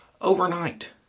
overnight